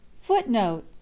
footnote